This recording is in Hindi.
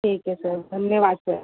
ठीक है सर धन्यवाद सर